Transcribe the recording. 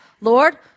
Lord